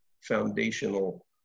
foundational